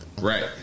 Right